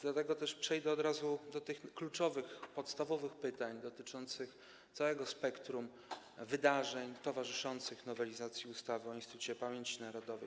Dlatego przejdę od razu do kluczowych, podstawowych pytań dotyczących całego spektrum wydarzeń towarzyszących nowelizacji ustawy o Instytucie Pamięci Narodowej.